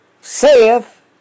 saith